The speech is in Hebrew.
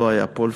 לא היה פה,